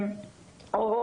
או